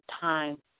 time